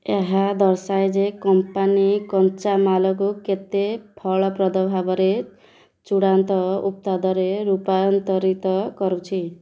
ଏହା ଦର୍ଶାଏ ଯେ କମ୍ପାନୀ କଞ୍ଚାମାଲକୁ କେତେ ଫଳପ୍ରଦ ଭାବରେ ଚୂଡ଼ାନ୍ତ ଉତ୍ପାଦରେ ରୂପାନ୍ତରିତ କରୁଛି